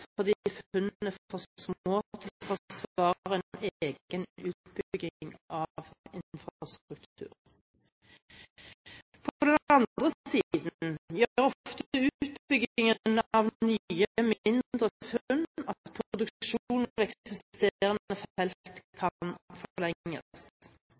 egen utbygging av infrastrukturen. På den andre siden gjør ofte utbyggingen av nye, mindre funn at